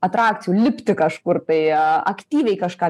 atrakcijų lipti kažkur tai aktyviai kažką